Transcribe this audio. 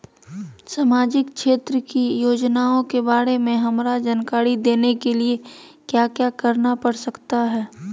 सामाजिक क्षेत्र की योजनाओं के बारे में हमरा जानकारी देने के लिए क्या क्या करना पड़ सकता है?